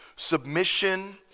Submission